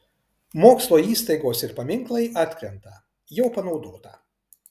mokslo įstaigos ir paminklai atkrenta jau panaudota